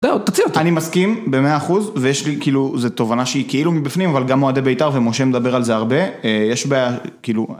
תוציא אותו. אני מסכים במאה אחוז ויש לי כאילו זה תובנה שהיא כאילו מבפנים אבל גם אוהדי ביתר ומשה מדבר על זה הרבה יש בעיה כאילו